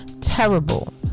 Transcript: terrible